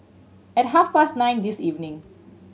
at half past nine this evening